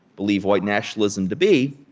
believe white nationalism to be,